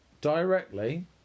directly